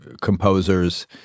composers